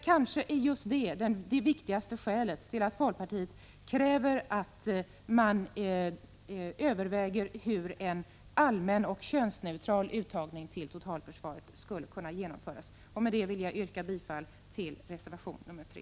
Kanske är just detta det viktigaste skälet till att folkpartiet kräver att man överväger hur en allmän och könsneutral uttagning till totalförsvaret skall kunna genomföras. Med detta, herr talman, ber jag att få yrka bifall till reservation 3.